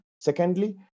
Secondly